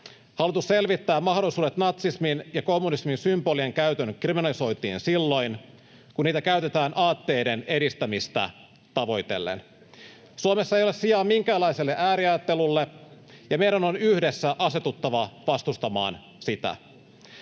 Hallitus selvittää mahdollisuudet natsismin ja kommunismin symbolien käytön kriminalisointiin silloin, kun niitä käytetään aatteiden edistämistä tavoitellen. Suomessa ei ole sijaa minkäänlaiselle ääriajattelulle, ja meidän on yhdessä asetuttava vastustamaan sitä.